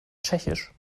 tschechisch